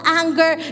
anger